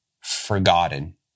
forgotten